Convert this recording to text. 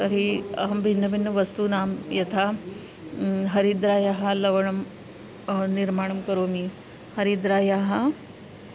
तर्हि अहं भिन्नभिन्नवस्तूनां यथा हरिद्रायाः लवणं निर्माणं करोमि हरिद्रायाः